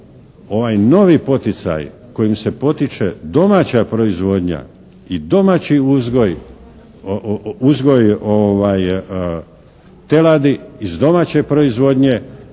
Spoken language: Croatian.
ovaj novi poticaj kojim se potiče domaća proizvodnja i domaći uzgoj teladi iz domaće proizvodnje